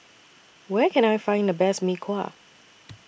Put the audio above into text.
Where Can I Find The Best Mee Kuah